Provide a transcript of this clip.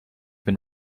been